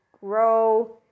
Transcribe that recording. grow